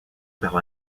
par